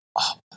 up